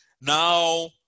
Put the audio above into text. now